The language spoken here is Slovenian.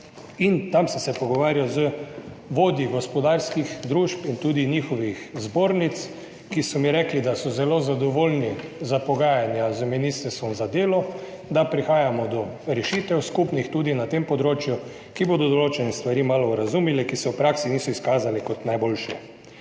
in tam sem se pogovarjal z vodji gospodarskih družb in tudi njihovih zbornic, ki so mi rekli, da so zelo zadovoljni s pogajanji z ministrstvom za delo, da prihajamo do skupnih rešitev tudi na tem področju, ki bodo določene stvari malo osmislile, ki se v praksi niso izkazale kot najboljše.